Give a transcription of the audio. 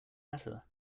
better